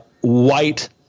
White